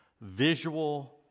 visual